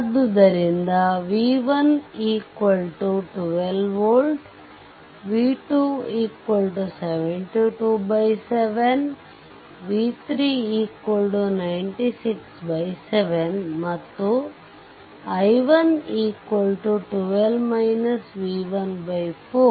ಆದ್ದರಿಂದ v1 12 volt v2 72 7 v3967 ಮತ್ತು i1 12 v1 4